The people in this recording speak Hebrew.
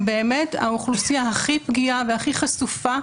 הם באמת האוכלוסייה הכי פגיעה והכי חשובה,